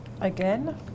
again